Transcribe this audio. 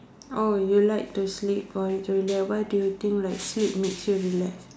oh you like to sleep why do you think like sleep makes you relaxed